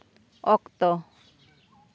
ᱚᱠᱛᱚ